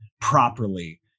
properly